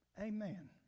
Amen